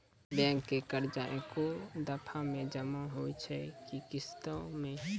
Bank के कर्जा ऐकै दफ़ा मे जमा होय छै कि किस्तो मे?